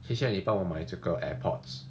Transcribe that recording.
等一下你帮我买这个 AirPods